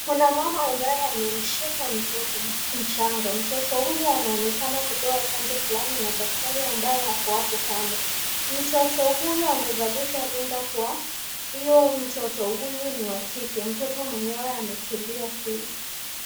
Kuna mama ambaye amemshika mtoto mchanga. Mtoto huyu anaonekana kupewa chanjo fulani na daktari ambaye ako hapo kando. Mtoto huyu amevalishwa rinda kwa hiyo mtoto huyu ni wa kike. Mtoto mwenyewe ametulia tuli.